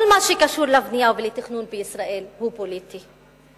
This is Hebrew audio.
כל מה שקשור לבנייה ולתכנון בישראל הוא פוליטי.